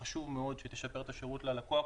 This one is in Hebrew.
וחשוב מאוד שתשפר את השירות ללקוח,